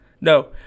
No